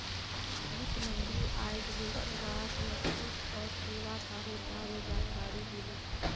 वित्त मंत्री आइज लोकसभात वस्तु और सेवा करेर बारे जानकारी दिले